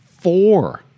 four